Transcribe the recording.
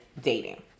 dating